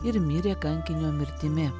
ir mirė kankinio mirtimi